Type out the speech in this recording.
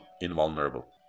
invulnerable